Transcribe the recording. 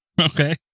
Okay